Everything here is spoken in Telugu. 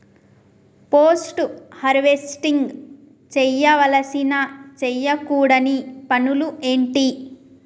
పోస్ట్ హార్వెస్టింగ్ చేయవలసిన చేయకూడని పనులు ఏంటి?